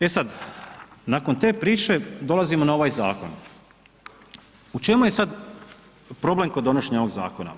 E sad, nakon te priče dolazimo na ovaj zakon, u čemu je sad problem kod donošenja ovog zakona?